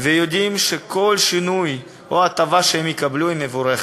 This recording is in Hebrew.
ויודעים שכל שינוי או הטבה שהם יקבלו הם מבורכים.